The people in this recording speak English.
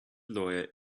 lawyer